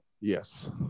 Yes